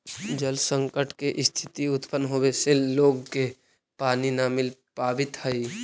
जल संकट के स्थिति उत्पन्न होवे से लोग के पानी न मिल पावित हई